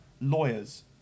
lawyers